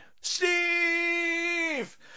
Steve